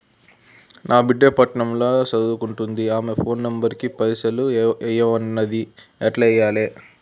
నా బిడ్డే పట్నం ల సదువుకుంటుంది ఆమె ఫోన్ నంబర్ కి పైసల్ ఎయ్యమన్నది ఎట్ల ఎయ్యాలి?